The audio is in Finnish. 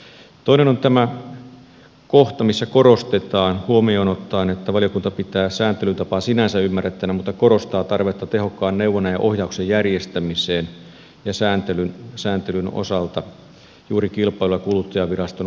toinen on tämä kohta missä korostetaan huomioon ottaen että valiokunta pitää sääntelytapaa sinänsä ymmärrettävänä mutta korostaa tarvetta tehokkaan neuvonnan ja ohjauksen järjestämiseen ja sääntelyn osalta juuri kilpailu ja kuluttajaviraston valvontatyöhön